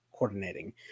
coordinating